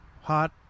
hot